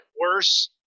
worse